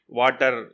water